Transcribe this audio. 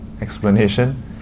explanation